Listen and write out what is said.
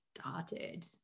started